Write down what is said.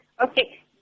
Okay